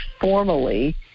formally